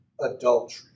adultery